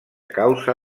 causa